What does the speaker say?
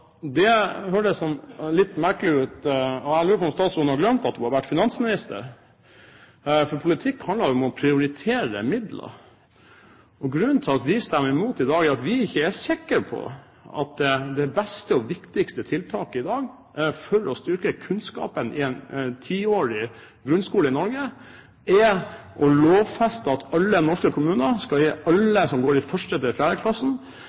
litt merkelig ut. Jeg lurer på om statsråden har glemt at hun har vært finansminister. Politikk handler jo om å prioritere midler. Grunnen til at vi stemmer imot i dag, er at vi ikke er sikre på at det beste og viktigste tiltaket i dag for å styrke kunnskapen i en tiårig grunnskole i Norge, er å lovfeste at alle norske kommuner skal gi